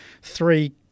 three